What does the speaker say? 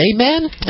Amen